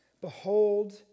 Behold